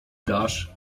dasz